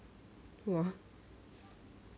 !wah!